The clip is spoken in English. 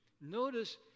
Notice